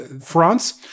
France